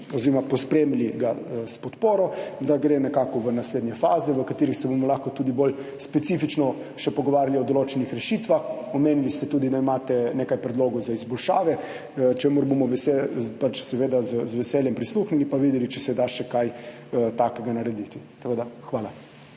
danes pospremili s podporo, da gre nekako v naslednje faze, v katerih se bomo lahko še tudi bolj specifično pogovarjali o določenih rešitvah. Omenili ste tudi, da imate nekaj predlogov za izboljšave, čemur bomo seveda z veseljem prisluhnili in videli, če se da še kaj takega narediti. Hvala.